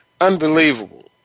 Unbelievable